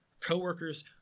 coworkers